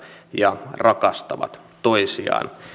ja rakastavat toisiaan